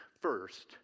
first